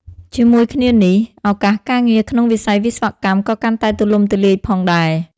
ជាមួយគ្នានេះ ឱកាសការងារក្នុងវិស័យវិស្វកម្មក៏កាន់តែទូលំទូលាយ ផងដែរ។